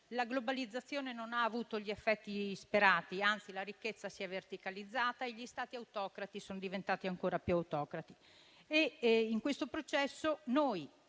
la globalizzazione non ha avuto gli effetti sperati, anzi la ricchezza si è verticalizzata e gli stati autocrati sono diventati ancora più autocrati.